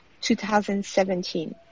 2017